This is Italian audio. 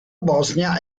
bosnia